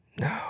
no